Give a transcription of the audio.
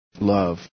love